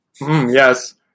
yes